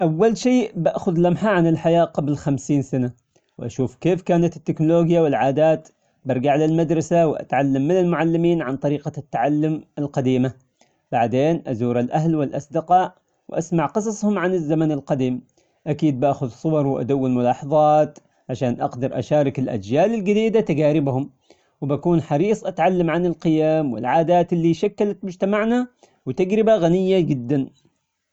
أول شي باخذ لمحة عن الحياة قبل خمسين سنة ، وأشوف كيف كانت التكنولوجيا والعادات ، برجع للمدرسة وأتعلم من المعلمين عن طريقة التعلم القديمة. بعدين أزور الأهل والأصدقاء وأسمع قصصهم عن الزمن القديم. أكيد باخذ صور وأدون ملاحظات عشان أقدر أشارك الأجيال الجديدة تجاربهم. وبكون حريص أتعلم عن القيم والعادات اللي شكلت مجتمعنا، وتجربة غنية جدا.